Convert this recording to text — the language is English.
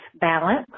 balance